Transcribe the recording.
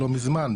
לא מזמן,